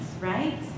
right